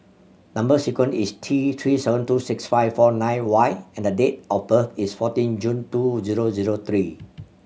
number sequence is T Three seven two six five four nine Y and the date of birth is fourteen June two zero zero three